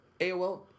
AOL